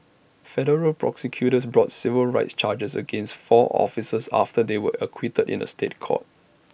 federal prosecutors brought civil rights charges against four officers after they were acquitted in A State Court